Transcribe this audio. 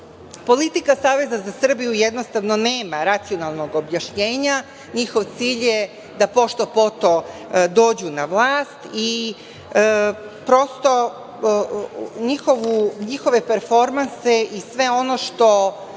društva. Politika Saveza za Srbiju jednostavno nema racionalnog objašnjenja. Njihov cilj je da pošto-potom dođu na vlast i prosto njihove performanse i sve ono što